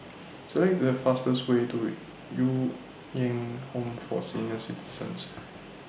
Select The fastest Way to Ju Eng Home For Senior Citizens